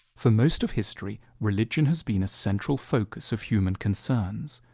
for most of history, religion has been a central focus of human concerns.